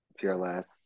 Fearless